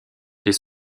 des